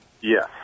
Yes